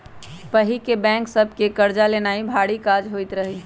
पहिके बैंक सभ से कर्जा लेनाइ भारी काज होइत रहइ